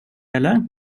eller